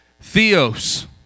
theos